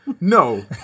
No